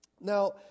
Now